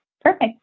perfect